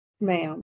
Ma'am